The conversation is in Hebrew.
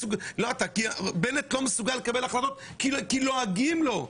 כי בנט לא מסוגל לקבל החלטות כי לועגים לו,